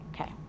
okay